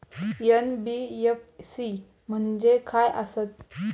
NBFC म्हणजे खाय आसत?